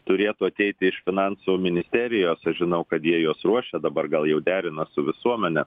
turėtų ateiti iš finansų ministerijos aš žinau kad jie juos ruošia dabar gal jau derinas su visuomene